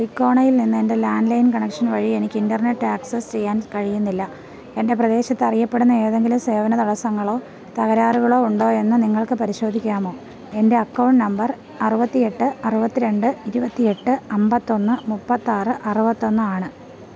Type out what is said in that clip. ടികോണയിൽ നിന്ന് എൻ്റെ landline connection വഴി എനിക്ക് ഇൻറ്റർനെറ്റ് ആക്സസ് ചെയ്യാൻ കഴിയുന്നില്ല എൻ്റെ പ്രദേശത്ത് അറിയപ്പെടുന്ന ഏതെങ്കിലും സേവന തടസ്സങ്ങളോ തകരാറുകളോ ഉണ്ടോ എന്ന് നിങ്ങൾക്ക് പരിശോധിക്കാമോ എൻ്റെ അക്കൗണ്ട് നമ്പർ അറുപത്തി എട്ട് അറുപത്തി രണ്ട് ഇരുപത്തി എട്ട് അമ്പത്തൊന്ന് മുപ്പത്താറ് അറുപത്തൊന്ന് ആണ്